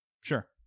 Sure